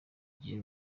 gihe